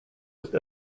ist